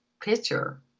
picture